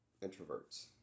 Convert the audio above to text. introverts